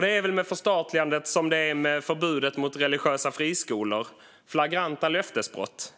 Det är väl med förstatligandet som det är med förbudet mot religiösa friskolor - flagranta löftesbrott.